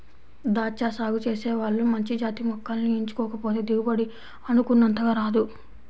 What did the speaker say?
దాచ్చా సాగు చేసే వాళ్ళు మంచి జాతి మొక్కల్ని ఎంచుకోకపోతే దిగుబడి అనుకున్నంతగా రాదు